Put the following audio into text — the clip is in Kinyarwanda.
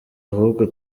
ahubwo